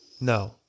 No